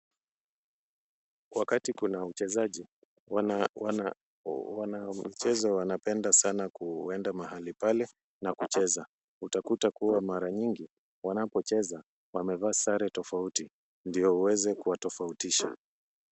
Wakati kuna uchezaji, wanaocheza wanapenda sana kuenda mahali pale na kucheza. Utakuta kuwa mara nyingi wanapocheza wamevaa sare tofauti ndio uweze kuwatofautisha.